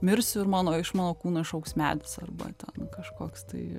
mirsiu ir mano iš mano kūno išaugs medis arba ten kažkoks tai